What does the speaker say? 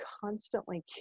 constantly